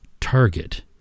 target